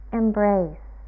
embrace